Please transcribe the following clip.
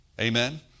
Amen